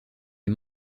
est